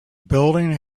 building